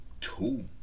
Two